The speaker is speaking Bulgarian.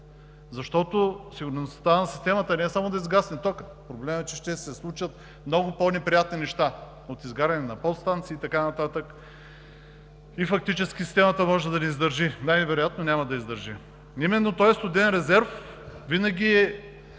Защото сигурността на системата не е само да изгасне токът. Проблемът е, че ще се случат много по-неприятни неща – от изгаряне на подстанции и така нататък, и фактически системата може да не издържи. Най-вероятно няма да издържи. Този студен резерв винаги е